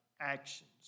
actions